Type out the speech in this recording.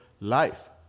life